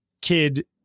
kid